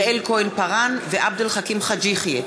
יעל כהן-פארן ועבד אל חכים חאג' יחיא,